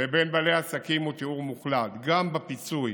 לבין בעלי העסקים, הוא תיאום מוחלט, גם בפיצוי